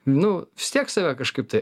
nu vis tiek save kažkaip tai